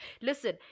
listen